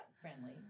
friendly